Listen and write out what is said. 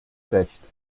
recht